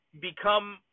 become